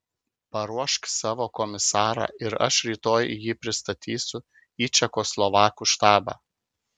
paruošk savo komisarą ir aš rytoj jį pristatysiu į čekoslovakų štabą